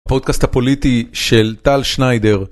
פודקאסט הפוליטי של טל שניידר.